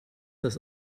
das